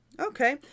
Okay